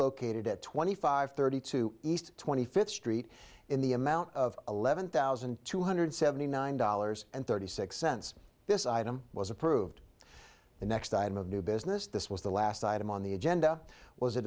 located at twenty five thirty two east twenty fifth street in the amount of eleven thousand two hundred seventy nine dollars and thirty six cents this item was approved the next item of new business this was the last item on the agenda was a